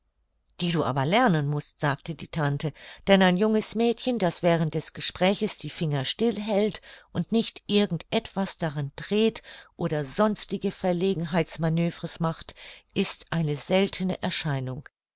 die du aber lernen mußt sagte die tante denn ein junges mädchen das während des gespräches die finger still hält und nicht irgend etwas darin dreht oder sonstige verlegenheitsmaneuvres macht ist eine seltene erscheinung